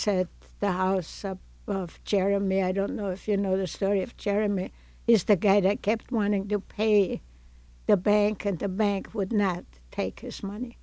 said the house of jeremy i don't know if you know the story of jeremy is the guy that kept wanting to pay the bank and the bank would not take his money